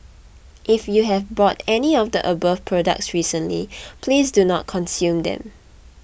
if you have bought any of the above products recently please do not consume them